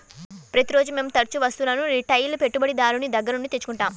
ప్రతిరోజూ మేము తరుచూ వస్తువులను రిటైల్ పెట్టుబడిదారుని దగ్గర నుండి తెచ్చుకుంటాం